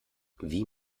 wie